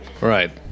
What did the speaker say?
Right